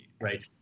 right